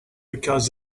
because